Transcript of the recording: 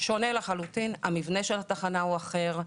שונה לחלוטין, המבנה של התחנה הוא אחר.